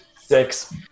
Six